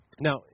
Now